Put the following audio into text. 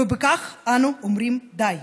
ובכך אנו אומרים די".